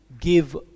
give